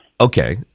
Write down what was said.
Okay